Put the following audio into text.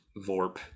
Vorp